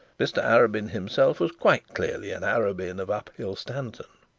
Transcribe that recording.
mr arabin himself was quite clearly an arabin of uphill stanton.